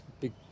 big